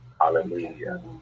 Hallelujah